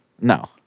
No